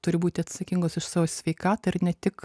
turi būti atsakingos už savo sveikatą ir ne tik